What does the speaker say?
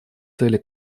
цели